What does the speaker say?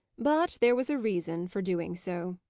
but there was a reason for doing so.